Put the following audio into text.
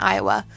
Iowa